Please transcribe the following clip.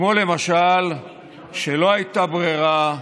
בלשון המעטה, כמו למשל שלא הייתה ברירה,